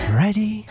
ready